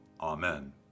Amen